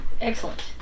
excellent